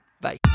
Bye